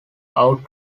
out